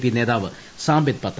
P നേതാവ് സാംബിത് പത്ര